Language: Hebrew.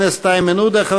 תודה לחבר הכנסת איימן עודה.